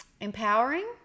empowering